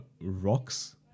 Rocks